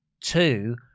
two